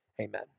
Amen